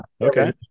Okay